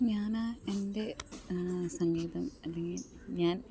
ഞാൻ എൻ്റെ സംഗീതം അല്ലെങ്കിൽ ഞാൻ